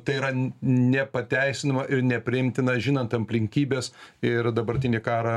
tai yra n nepateisinama ir nepriimtina žinant amplinkybes ir dabartinį karą